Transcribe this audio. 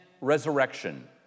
resurrection